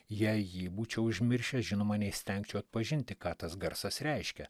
jei jį būčiau užmiršęs žinoma neįstengčiau atpažinti ką tas garsas reiškia